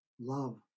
Love